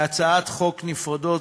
להצעות חוק נפרדות,